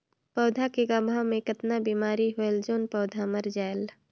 पौधा के गाभा मै कतना बिमारी होयल जोन पौधा मर जायेल?